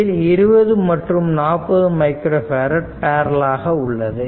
இதில் 20 மற்றும் 40 மைக்ரோ பேரட் பேரலல் ஆக உள்ளது